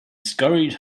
scurried